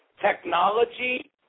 technology